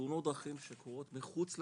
תאונות דרכים שקורות מחוץ לאתרים,